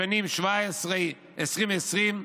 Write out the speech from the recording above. בשנים 2017 2020,